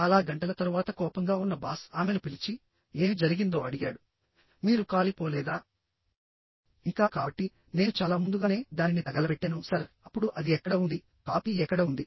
చాలా గంటల తరువాత కోపంగా ఉన్న బాస్ ఆమెను పిలిచి ఏమి జరిగిందో అడిగాడు మీరు కాలిపోలేదా ఇంకా కాబట్టి నేను చాలా ముందుగానే దానిని తగలబెట్టాను సర్ అప్పుడు అది ఎక్కడ ఉంది కాపీ ఎక్కడ ఉంది